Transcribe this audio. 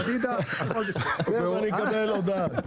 פדידה, הכול בסדר.